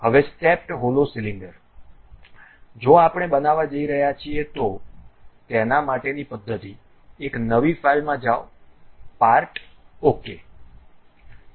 હવે stepped hollow cylinder જો આપણે બનાવવા જઈ રહ્યા છીએ તો તેના માટે ની પદ્ધતિ એક નવી ફાઈલમાં જાવ પાર્ટ OK